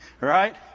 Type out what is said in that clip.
Right